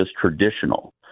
traditional